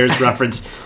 reference